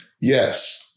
yes